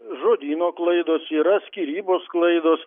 žodyno klaidos yra skyrybos klaidos